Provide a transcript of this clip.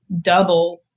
double